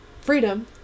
freedom